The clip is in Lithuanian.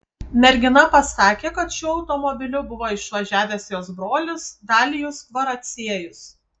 mergina pasakė kad šiuo automobiliu buvo išvažiavęs jos brolis dalijus kvaraciejus